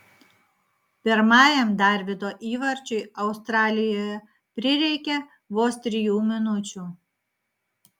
pirmajam darvydo įvarčiui australijoje prireikė vos trijų minučių